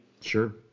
Sure